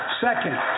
Second